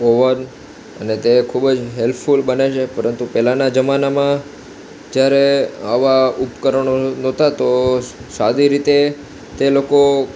oven અને તે ખૂબ જ હેલ્પફૂલ બને છે પરંતુ પહેલાના જમાનામાં જ્યારે આવા ઉપકરણો નહોતા તો સાદી રીતે તે લોકો